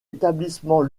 établissement